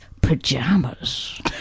pajamas